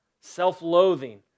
self-loathing